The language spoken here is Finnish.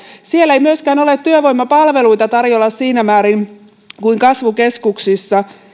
siellä ei myöskään ole työvoimapalveluita tarjolla siinä määrin kuin kasvukeskuksissa